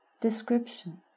description